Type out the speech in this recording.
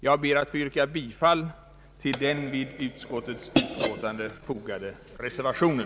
Jag ber att få yrka bifall till den vid utskottets utlåtande fogade reservationen.